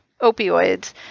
opioids